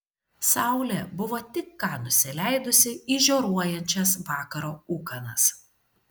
saulė buvo tik ką nusileidusi į žioruojančias vakaro ūkanas